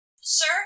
sir